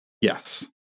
Yes